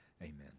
amen